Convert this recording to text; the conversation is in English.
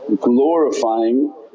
glorifying